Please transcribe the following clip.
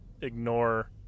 ignore